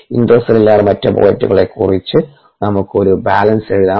intercellular മെറ്റബോളിറ്റുകളെക്കുറിച്ച് നമുക്ക് ഒരു ബാലൻസ് എഴുതാം